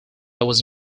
was